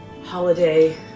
Holiday